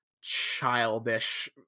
childish